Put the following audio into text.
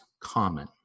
common